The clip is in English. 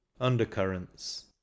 undercurrents